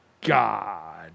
God